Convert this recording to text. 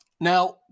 Now